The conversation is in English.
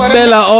Bella